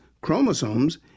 chromosomes